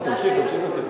תמשיך, תמשיך.